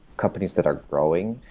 companies that are growing.